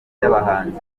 by’abahanzi